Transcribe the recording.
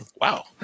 Wow